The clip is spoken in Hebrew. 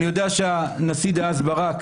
אני יודע שהנשיא דאז ברק,